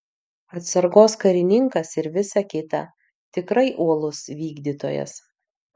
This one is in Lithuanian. atsargos karininkas ir visa kita tikrai uolus vykdytojas